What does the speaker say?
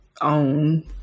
own